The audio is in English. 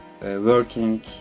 working